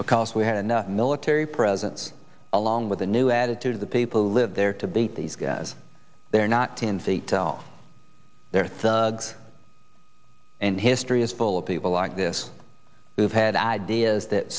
because we had no military presence along with the new attitude of the people who live there to beat these guys they're not ten feet tall they're thugs and history is full of people like this who have had ideas that